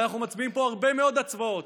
אנחנו מצביעים פה הרבה מאוד הצבעות,